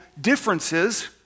differences